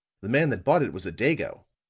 the man that bought it was a dago.